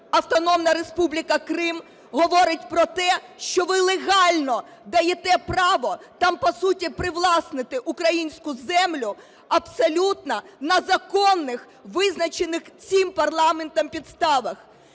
Автономна Республіка Крим, говорить про те, що ви легально даєте право там по суті привласнити українську землю абсолютно на законних, визначених цим парламентом підставах.